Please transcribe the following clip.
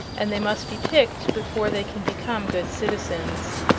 and they must be picked before they can become good citizens.